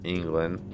England